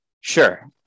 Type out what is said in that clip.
Sure